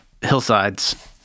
hillsides